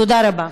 תודה רבה.